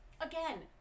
Again